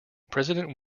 president